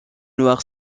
noir